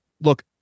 look